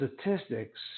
statistics